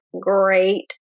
great